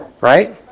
Right